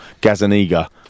Gazaniga